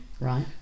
right